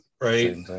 right